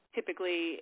Typically